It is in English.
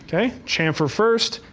ah okay, chamfer first.